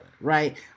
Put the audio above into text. right